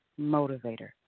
motivator